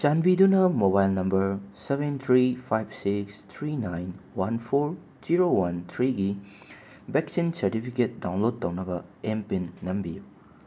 ꯆꯥꯟꯕꯤꯗꯨꯅ mobile number seven three five six three nine one four zero one ꯊ꯭ꯔꯤꯒꯤ vaccine certificate download ꯇꯧꯅꯕ M PIN ꯅꯝꯕꯤꯌꯨ